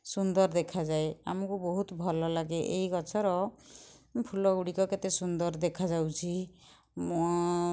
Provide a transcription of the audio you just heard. ସୁନ୍ଦର ଦେଖାଯାଏ ଆମକୁ ବହୁତ ଭଲ ଲାଗେ ଏଇ ଗଛର ଫୁଲ ଗୁଡ଼ିକ କେତେ ସୁନ୍ଦର ଦେଖାଯାଉଛି ମୁଁ